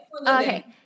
Okay